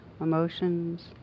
emotions